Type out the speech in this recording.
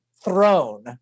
throne